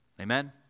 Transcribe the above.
Amen